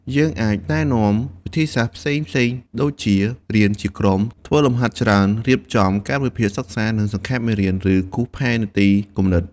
យើងអាចណែនាំវិធីសាស្រ្តផ្សេងៗដូចជា រៀនជាក្រុម ធ្វើលំហាត់ច្រើន រៀបចំកាលវិភាគសិក្សា និងសង្ខេបមេរៀន ឬគូរផែនទីគំនិត។